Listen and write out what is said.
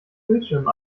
bildschirmen